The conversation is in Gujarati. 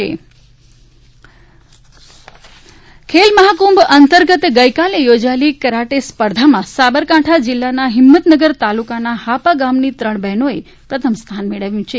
અપર્ણા ખૂંટ જતિન કામદાર કરાટે ખેલમહાકુંભ અંતર્ગત ગઈકાલે યોજાયેલી કરાટે સ્પર્ધામાં સાંબરકાંઠા જિલ્લાના હિંમતનગર તાલુકાના હાપા ગામની ત્રણ બહેનોએ પ્રથમ સ્થાન મેળવ્યું છે